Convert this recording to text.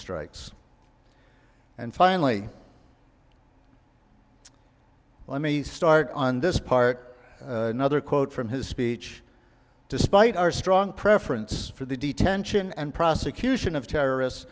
strikes and finally let me start on this part in other quote from his speech despite our strong preference for the detention and prosecution of terrorists